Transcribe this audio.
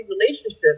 relationship